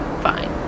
Fine